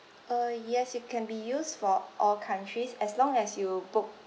uh yes it can be used for all countries as long as you book